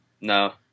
No